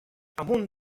amunt